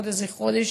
עוד איזה חודש,